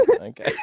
Okay